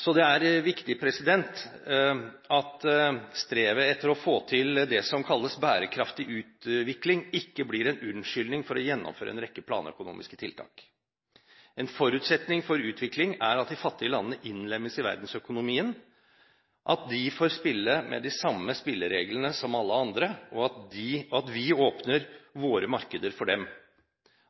Så det er viktig at strevet etter å få til det som kalles «bærekraftig utvikling», ikke blir en unnskyldning for å gjennomføre en rekke planøkonomiske tiltak. En forutsetning for utvikling er at de fattige landene innlemmes i verdensøkonomien, at de får spille med de samme spillereglene som alle andre, og at vi åpner våre markeder for dem.